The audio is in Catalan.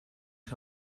que